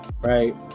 right